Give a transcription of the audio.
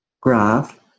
graph